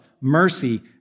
mercy